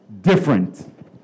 Different